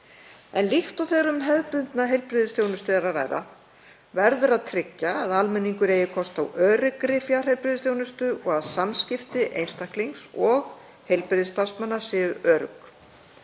en líkt og þegar um hefðbundna heilbrigðisþjónustu er að ræða verður að tryggja að almenningur eigi kost á öruggri fjarheilbrigðisþjónustu og að samskipti einstaklings og heilbrigðisstarfsmanna séu örugg.